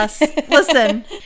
Listen